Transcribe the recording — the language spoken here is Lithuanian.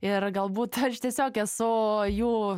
ir galbūt aš tiesiog esu o jų